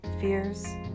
fears